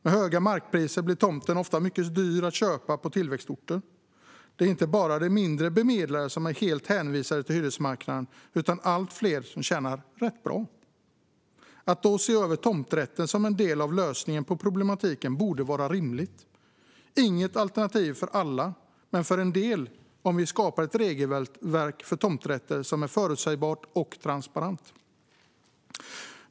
Med höga markpriser blir tomten oftast mycket dyr att köpa på tillväxtorter. Det är inte bara de mindre bemedlade som är helt hänvisade till hyresmarknaden utan också allt fler som tjänar rätt bra. Att då se över tomträtten som en del av lösningen på problematiken borde vara rimligt. Det är inte ett alternativ för alla men för en del om vi skapar ett regelverk för tomträtter som är förutsägbart och transparent.